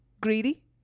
Greedy